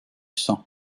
sang